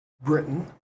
Britain